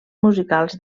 musicals